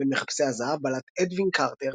בין מחפשי הזהב בלט אדווין קרטר,